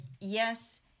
yes